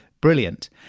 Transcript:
brilliant